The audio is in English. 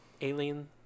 alien